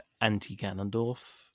anti-Ganondorf